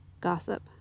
gossip